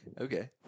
Okay